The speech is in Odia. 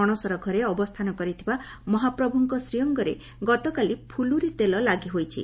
ଅଣସର ଘରେ ଅବସ୍ଥାନ କରିଥିବା ମହାପ୍ରଭୁଙ୍କ ଶ୍ରୀଅଙ୍ଗରେ ଗତକାଲି ଫୁଲୁରୀ ତେଲ ଲାଗି ହୋଇଛି